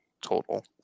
total